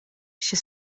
się